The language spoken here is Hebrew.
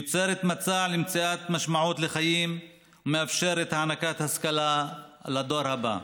היא יוצרת מצע למציאת משמעות לחיים ומאפשרת הענקת השכלה לדור הבא.